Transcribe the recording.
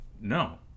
no